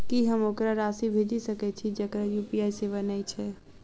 की हम ओकरा राशि भेजि सकै छी जकरा यु.पी.आई सेवा नै छै?